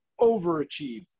overachieve